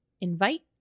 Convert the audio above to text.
Invite